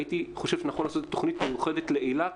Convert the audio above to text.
הייתי חושב שנכון לעשות תכנית מיוחדת לאילת,